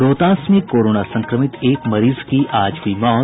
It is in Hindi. रोहतास में कोरोना संक्रमित एक मरीज की आज हुई मौत